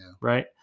right